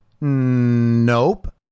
Nope